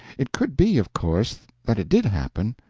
it could be, of course, that it did happen,